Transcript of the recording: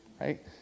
right